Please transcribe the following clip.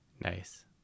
Nice